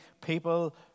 people